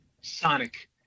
Sonic